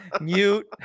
Mute